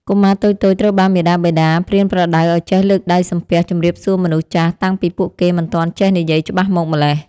កុមារតូចៗត្រូវបានមាតាបិតាប្រៀនប្រដៅឱ្យចេះលើកដៃសំពះជម្រាបសួរមនុស្សចាស់តាំងពីពួកគេមិនទាន់ចេះនិយាយច្បាស់មកម៉្លេះ។